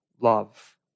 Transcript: love